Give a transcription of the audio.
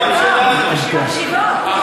מקשיבות.